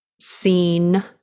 seen